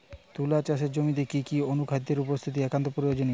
তুলা চাষের জমিতে কি কি অনুখাদ্যের উপস্থিতি একান্ত প্রয়োজনীয়?